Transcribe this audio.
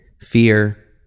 fear